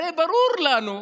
הרי ברור לנו,